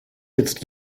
jetzt